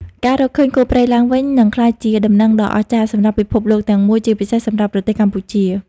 ការរកឃើញគោព្រៃឡើងវិញនឹងក្លាយជាដំណឹងដ៏អស្ចារ្យសម្រាប់ពិភពលោកទាំងមូល ជាពិសេសសម្រាប់ប្រទេសកម្ពុជា។